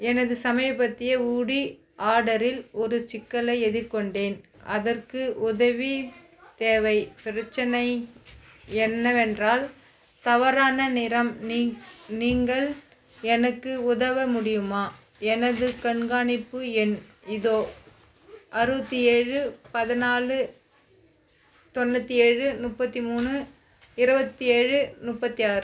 எனது சமீபத்திய ஊடி ஆர்டரில் ஒரு சிக்கலை எதிர்கொண்டேன் அதற்கு உதவி தேவை பிரச்சினை என்னவென்றால் தவறான நிறம் நீங் நீங்கள் எனக்கு உதவ முடியுமா எனது கண்காணிப்பு எண் இதோ அறுபத்தி ஏழு பதினாலு தொண்ணூற்றி ஏழு முப்பத்தி மூணு இருபத்தி ஏழு முப்பத்தி ஆறு